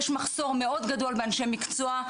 יש מחסור מאוד גדול באנשי מקצוע,